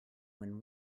when